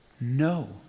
no